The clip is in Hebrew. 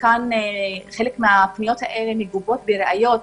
חלקן מגובות בראיות,